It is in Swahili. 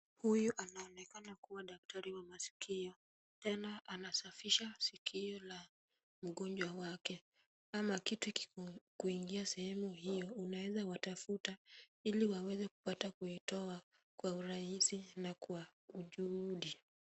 Huyu anaonekana kuwa daktari wa masikio tena anasafisha sikio la mgonjwa wake ama kitu ikikuingia sehemu hiyo unaeza watafuata ili waweze kupata kuitoa kwa urahisi na kwa ujuhudi.